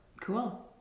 Cool